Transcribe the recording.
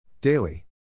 Daily